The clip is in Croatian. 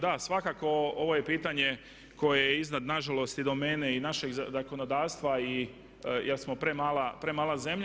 Da, svakako ovo je pitanje koje je iznad nažalost i domene i našeg zakonodavstva jer smo premala zemlja.